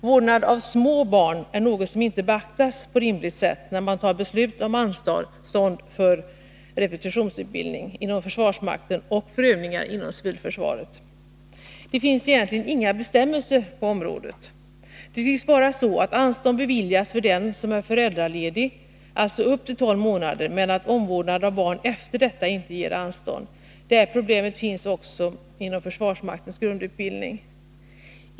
Vårdnad av små barn är något som inte beaktas på rimligt sätt, när beslut fattas om anstånd för repetitionsutbildning inom försvarsmakten och för övningar inom civilförsvaret. Det finns egentligen inga bestämmelser på området. Det tycks vara så att anstånd beviljas för den som är föräldraledig — alltså upp till tolv månader — men att omvårdnad av barn efter detta inte ger anstånd. Det här problemet finns också inom försvarsmaktens grundutbildning.